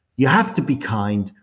you have to be kind,